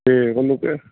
ਅਤੇ ਉਹਨੂੰ